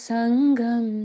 Sangam